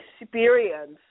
experience